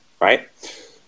right